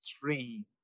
three